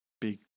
big